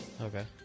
Okay